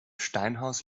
steinhaus